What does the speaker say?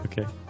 Okay